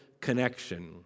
connection